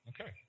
Okay